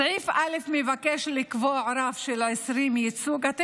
סעיף 1 מבקש לקבוע רף של 20% ייצוג בכל משרד גדול,